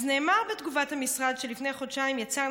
אז נאמר בתגובת המשרד שלפני חודשיים יצאה